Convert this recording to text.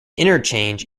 interchange